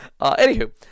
Anywho